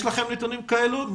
יש לכם נתונים כאלה?